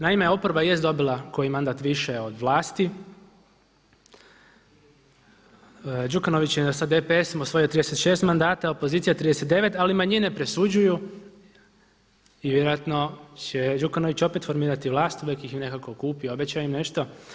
Naime, oporba jest dobila koji mandat više od vlasti, Đukanović je sa DPS-om osvojio 36 mandata, opozicija 39 ali manjine presuđuju i vjerojatno će Đukanović opet formirati vlast, uvijek ih nekako kupi, obeća im nešto.